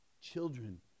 Children